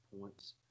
points